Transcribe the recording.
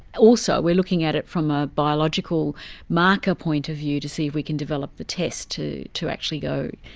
also we are looking at it from a biological marker point of view to see if we can develop a test to to actually go,